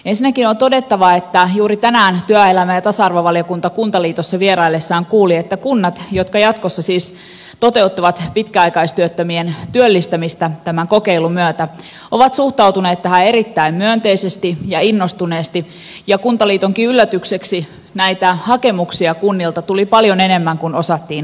ensinnäkin on todettava että juuri tänään työelämä ja tasa arvovaliokunta kuntaliitossa vierailleissaan kuuli että kunnat jotka jatkossa siis toteuttavat pitkäaikaistyöttömien työllistämistä tämän kokeilun myötä ovat suhtautuneet tähän erittäin myönteisesti ja innostuneesti ja kuntaliitonkin yllätykseksi näitä hakemuksia kunnilta tuli paljon enemmän kuin osattiin odottaa